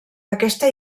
aquesta